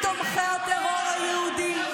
מתומכי הטרור היהודי.